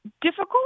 difficult